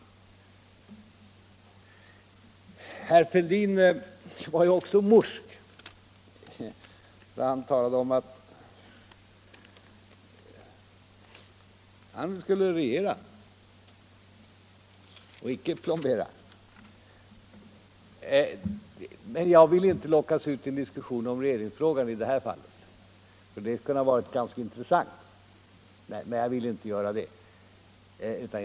Även herr Fälldin var morsk, när han talade om att han skulle regera, inte plombera. Jag skall här inte lockas in i en diskussion om regeringsfrågan, som annars skulle vara ganska intressant att diskutera. Det får vi göra i sinom tid.